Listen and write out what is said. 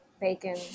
bacon